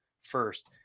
first